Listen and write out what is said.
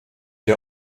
der